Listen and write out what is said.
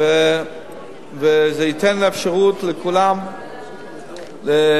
זה ייתן אפשרות לכולם לרכוש,